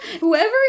whoever